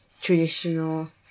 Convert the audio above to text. traditional